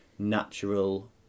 natural